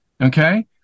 Okay